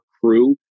crew